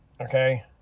Okay